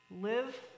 Live